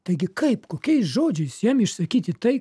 taigi kaip kokiais žodžiais jam išsakyti tai